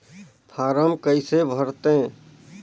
Form कइसे भरते?